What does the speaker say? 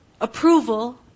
approval